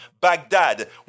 Baghdad